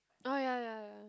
orh ya ya ya ya